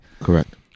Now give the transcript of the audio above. Correct